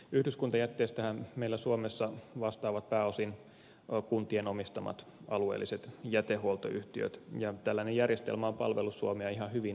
yhdyskuntajätteestähän meillä suomessa vastaavat pääosin kuntien omistamat alueelliset jätehuoltoyhtiöt ja tällainen järjestelmä on palvellut suomea ihan hyvin aika pitkään